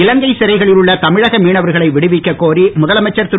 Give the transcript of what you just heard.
இலங்கை சிறைகளில் உள்ள தமிழக மீனவர்களை விடுவிக்க கோரி முதலமைச்சர் திரு